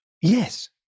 Yes